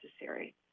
necessary